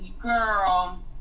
Girl